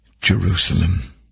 Jerusalem